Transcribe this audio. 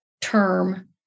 term